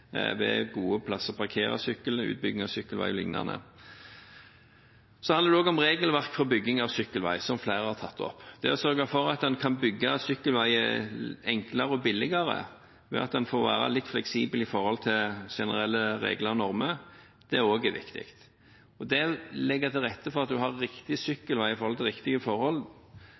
ved gode plasser å parkere sykkelen, utbygging av sykkelveier og lignende. Så handler det også om regelverk for bygging av sykkelvei, som flere har tatt opp. Det å sørge for at en kan bygge sykkelveier enklere og billigere ved at en får være litt fleksibel i forhold til generelle regler og normer, er også viktig. Og det å legge til rette for at en har riktig